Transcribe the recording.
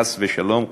חס ושלום,